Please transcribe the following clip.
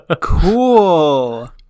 Cool